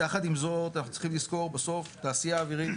יחד עם זאת בסוף תעשיה אווירית